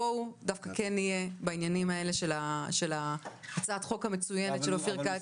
בואו נהיה בעניינים של הצעת החוק המצוינת של אופיר כץ.